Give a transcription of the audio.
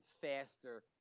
faster